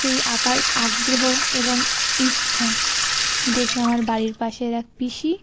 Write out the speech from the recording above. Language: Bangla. সেই আঁকার আগ্রহ এবং ইচ্ছা দেখে আমার বাড়ির পাশের এক পিসি